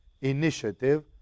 initiative